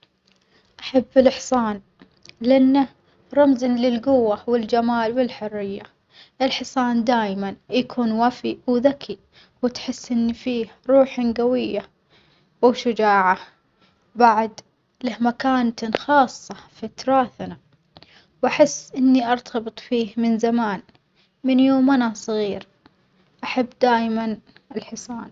أحب الحصان لأنه رمز للجوة والجمال والحرية، الحصان دايمًا يكون وفي وذكي وتحس إن فيه روح جوية وشجاعة بعد له مكانة خاصة في تراثنا، وأحس إني أرتبط فيه من زمان من يوم وأنا صغير أحب دايمًا الحصان.